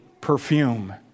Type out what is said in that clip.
perfume